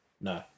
No